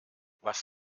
was